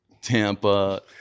Tampa